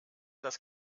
das